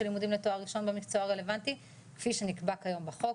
לימודים לתואר ראשון במקצוע הרלוונטי כפי שנקבע כיום בחוק.